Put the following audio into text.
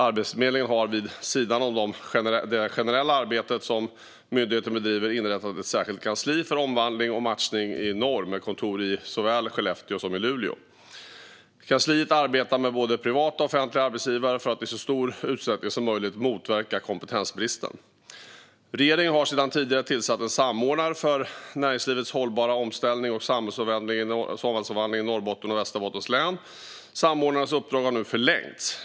Arbetsförmedlingen har, vid sidan om det generella arbete som myndigheten bedriver, inrättat ett särskilt kansli för omvandling och matchning i norr, med kontor i såväl Skellefteå som Luleå. Kansliet arbetar med både privata och offentliga arbetsgivare för att i så stor utsträckning som möjligt motverka kompetensbristen. Regeringen har sedan tidigare tillsatt en samordnare för näringslivets hållbara omställning och samhällsomvandlingen i Norrbottens och Västerbottens län. Samordnarens uppdrag har nu förlängts.